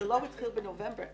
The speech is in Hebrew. הוא לא התחיל בנובמבר.